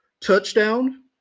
Touchdown